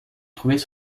trouvait